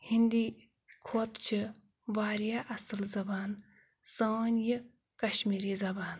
ہِندی کھۄتہٕ چھِ واریاہ اَصٕل زبان سٲنۍ یہِ کَشمیٖری زبان